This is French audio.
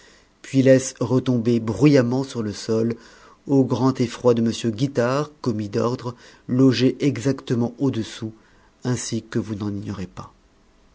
puis laisse retomber bruyamment sur le sol au grand effroi de m guitare commis d'ordre logé exactement au-dessous ainsi que vous n'en ignorez pas